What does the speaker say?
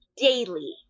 daily